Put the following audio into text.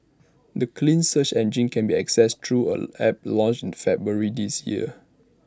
the clean search engine can be accessed through an app launched in February this year